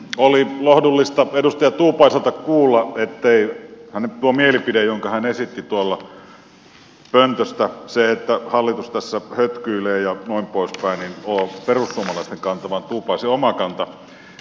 oli lohdullista edustaja tuupaiselta kuulla ettei hänen mielipide jonka hän esitti pöntöstä se että hallitus tässä hötkyilee ja noin poispäin ole perussuomalaisten kanta vaan tuupaisen oma kanta